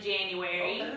January